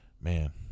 man